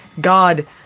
god